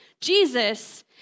Jesus